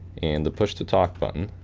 and the push-to-talk button,